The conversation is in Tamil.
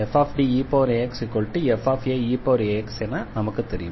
fDeaxfaeax என நமக்குத்தெரியும்